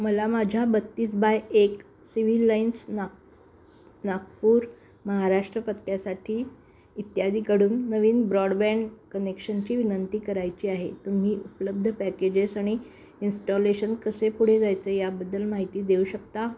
मला माझ्या बत्तीस बाय एक सिव्हिल लाईन्स नाग नागपूर महाराष्ट्र पत्त्यासाठी इत्यादीकडून नवीन ब्रॉडबँड कनेक्शनची विनंती आणि इन्स्टॉलेशन कसे पुढे जायचं याबद्दल माहिती देऊ शकता